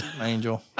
angel